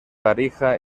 tarija